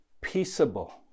peaceable